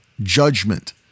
judgment